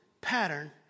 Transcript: pattern